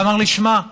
ואמר לי: שמע,